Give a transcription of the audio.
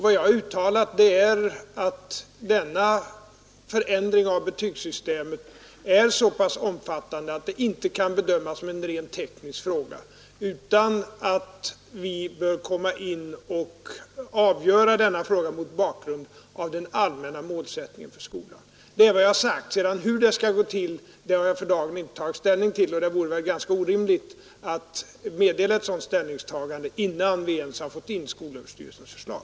Vad jag uttalat är att denna förändring av betygssystemet är så pass omfattande att den inte kan bedömas som en rent teknisk fråga utan att vi bör avgöra frågan mot bakgrund av den allmänna målsättningen för skolan. Det är vad jag har sagt. Hur det sedan skall gå till har jag för dagen inte tagit ställning till, och det vore väl ganska orimligt att meddela ett sådant ställningstagande innan vi ens har fått in skolöverstyrelsens förslag.